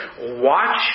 watch